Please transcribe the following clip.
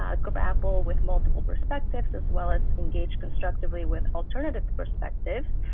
ah grapple with multiple perspectives, as well as engage constructively with alternative perspectives,